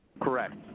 Correct